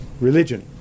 Religion